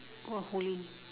oh holy